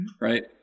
right